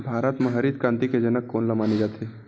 भारत मा हरित क्रांति के जनक कोन ला माने जाथे?